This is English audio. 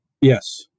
Yes